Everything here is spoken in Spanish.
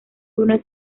túnel